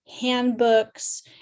handbooks